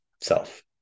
self